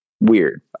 weird